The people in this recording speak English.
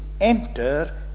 Enter